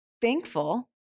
thankful